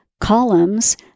columns